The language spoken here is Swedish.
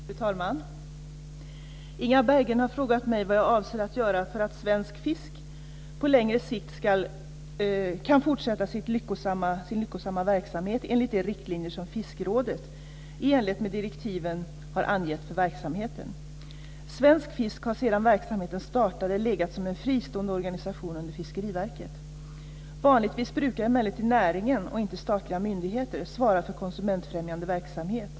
Fru talman! Inga Berggren har frågat mig vad jag avser att göra för att Svensk Fisk på längre sikt ska kunna fortsätta sin lyckosamma verksamhet enligt de riktlinjer som Fiskrådet i enlighet med direktiven har angett för verksamheten. Svensk Fisk har sedan verksamheten startade legat som en fristående organisation under Fiskeriverket. Vanligtvis brukar emellertid näringen, och inte statliga myndigheter, svara för konsumentfrämjande verksamhet.